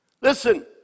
Listen